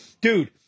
Dude